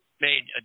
made